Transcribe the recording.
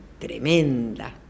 tremenda